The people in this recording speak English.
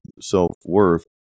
self-worth